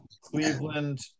Cleveland